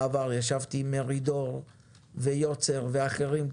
האוצר בעבר נפגשתי עם מרידור ועם יוצר ועם אחרים,